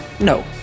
No